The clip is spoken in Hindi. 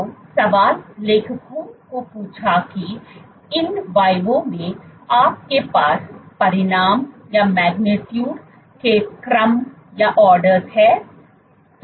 तो सवाल लेखकों को पूछा कि in vivo में आपके पास परिमाण के क्रम है